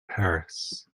paris